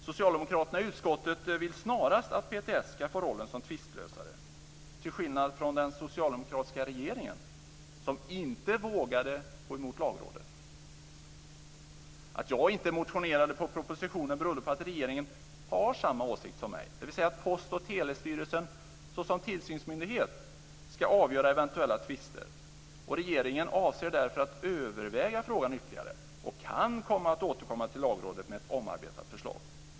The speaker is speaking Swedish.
Socialdemokraterna i utskottet vill snarast att PTS ska få rollen som tvistlösare, till skillnad från den socialdemokratiska regeringen, som inte vågade gå emot Att jag inte motionerade på propositionen berodde på att regeringen har samma åsikt som jag, dvs. att Post och telestyrelsen såsom tillsynsmyndighet ska avgöra eventuella tvister och att regeringen därför avser att överväga frågan ytterligare och kan komma att återkomma till Lagrådet med ett omarbetat förslag.